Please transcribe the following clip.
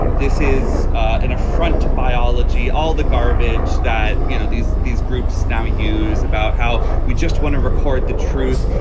this is an affront to biology. all the garbage that, you know, these these groups now use about how we just want to record the truth.